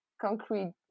concrete